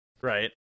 Right